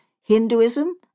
Hinduism